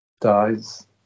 dies